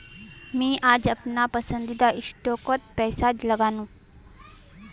मी आज अपनार पसंदीदा स्टॉकत पैसा लगानु